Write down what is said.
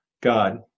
God